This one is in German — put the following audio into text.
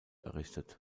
errichtet